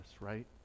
right